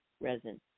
resin